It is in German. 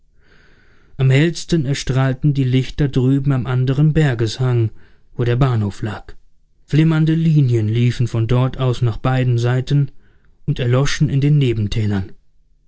am hellsten erstrahlten die lichter drüben am anderen bergeshang wo der bahnhof lag flimmernde linien liefen von dort aus nach beiden seiten und erloschen in den